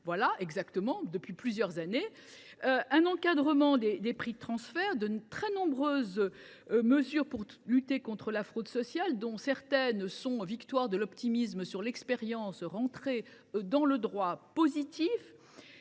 également depuis plusieurs années l’encadrement des prix de transfert et bien d’autres mesures pour lutter contre la fraude sociale, dont certaines, victoire de l’optimisme sur l’expérience, sont entrées dans notre droit positif.